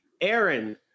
aaron